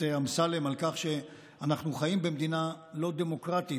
אמסלם על כך שאנחנו חיים במדינה לא דמוקרטית.